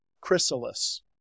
Chrysalis